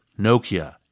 Nokia